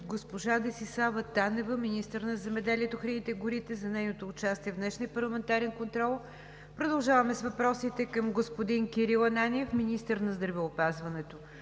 госпожа Десислава Танева – министър на земеделието, храните и горите, за нейното участие в днешния парламентарен контрол. Продължаваме с въпросите към господин Кирил Ананиев – министър на здравеопазването.